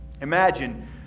Imagine